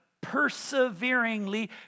perseveringly